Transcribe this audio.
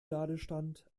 ladestand